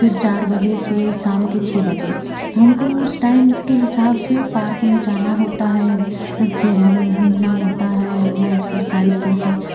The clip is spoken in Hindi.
फिर चार बजे से शाम के छ बजे तो हमको उस टाइम के हिसाब से पार्क में जाना होता है खे घूमना होता है अपना एक्सरसाइज जैसे